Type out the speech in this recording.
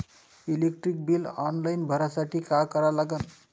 Electric bill online भरासाठी का करा लागन?